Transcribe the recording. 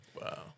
Wow